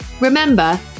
Remember